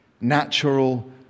natural